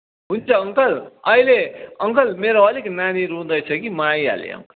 हुन्छ अङ्कल अहिले अङ्कल मेरो अलिक नानी रुँदै छ कि म आइहालेँ अङ्कल